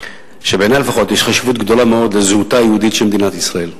שיש חשיבות גדולה מאוד לזהותה היהודית של מדינת ישראל.